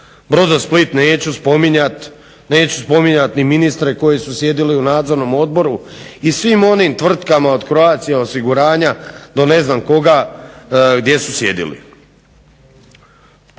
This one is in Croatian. "Brodosplit" neću spominjat, neću spominjat ni ministre koji su sjedili u nadzornom odboru i svim onim tvrtkama od Croatia osiguranja do ne znam koga gdje su sjedili.